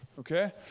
Okay